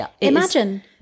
Imagine